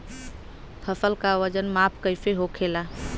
फसल का वजन माप कैसे होखेला?